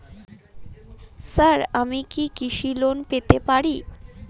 Sir আমি কি কৃষি লোন পেতে পারি?